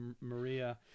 Maria